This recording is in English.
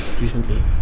recently